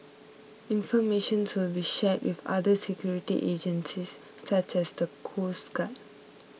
information will be shared with other security agencies such as the coast guard